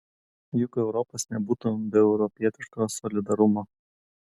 juk europos nebūtų be europietiško solidarumo